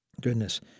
Goodness